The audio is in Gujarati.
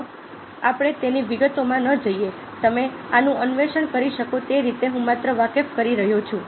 ચાલો આપણે તેની વિગતોમાં ન જઈએ તમે આનું અન્વેષણ કરી શકો તે રીતે હું માત્ર વાકેફ કરી રહ્યો છું